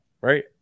right